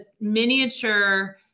miniature